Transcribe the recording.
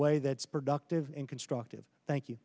way that's productive and constructive thank you